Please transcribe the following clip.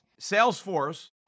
salesforce